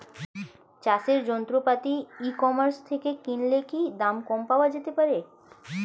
চাষের যন্ত্রপাতি e commerce থেকে কিনলে কি দাম কম পাওয়া যেতে পারে?